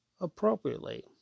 appropriately